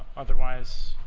otherwise